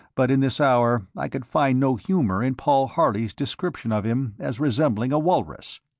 but in this hour i could find no humour in paul harley's description of him as resembling a walrus.